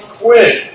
quit